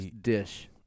dish